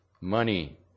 Money